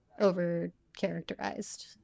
over-characterized